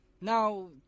Now